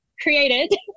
created